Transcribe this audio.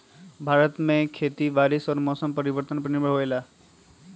भारत में खेती बारिश और मौसम परिवर्तन पर निर्भर होयला